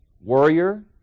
warrior